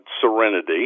Serenity